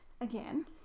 again